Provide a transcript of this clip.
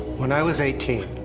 when i was eighteen,